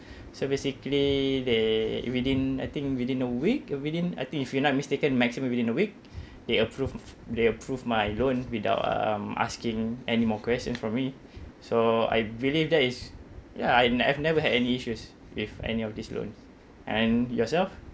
so basically they within I think within a week within I think if you're not mistaken maximum within a week they approve they approve my loan without um asking any more questions from me so I believe that is ya and I've never had any issues with any of these loan and yourself